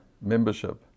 membership